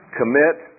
commit